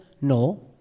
No